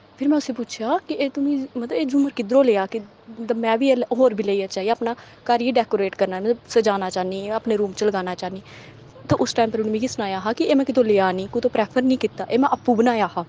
फिर में उसी पुच्छेआ कि एह् तूं मिगी मतलब एह् झूमर किद्धरों लैआ ते में बी होर लेइयै चाहिदा अपना घर ई डेकोरोट करना में सजाना चाह्न्नीं आं अपने रूम च लगाना चाह्न्नीं आं ते उस टैम पर उ'न्ने मिगी सनाया हा कि एह् में कुत्थुआं लैआ नी कुतै प्रेफर निं कीता एह् में आपें बनाया हा